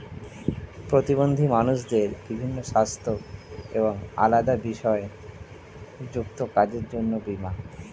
প্রতিবন্ধী মানুষদের বিভিন্ন সাস্থ্য এবং আলাদা বিষয় যুক্ত কাজের জন্য বীমা